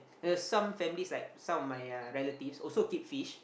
uh some families like some of my relatives also keep fish